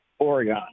Oregon